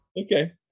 Okay